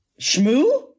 Shmoo